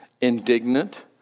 indignant